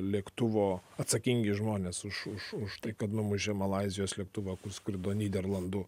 lėktuvo atsakingi žmonės už už už tai kad numušė malaizijos lėktuvą kur skrido nyderlandų